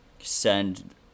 send